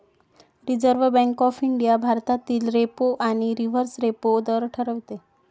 reserve bank of India भारतातील repo आणि reverse repo दर ठरवते